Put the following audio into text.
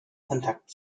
kontakt